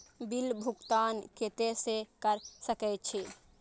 Bill भुगतान केते से कर सके छी?